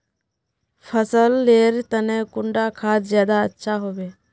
फसल लेर तने कुंडा खाद ज्यादा अच्छा सोबे?